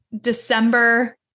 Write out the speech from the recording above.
December